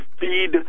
feed